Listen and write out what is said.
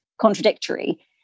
contradictory